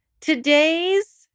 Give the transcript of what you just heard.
Today's